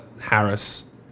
Harris